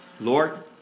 Lord